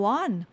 one